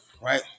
right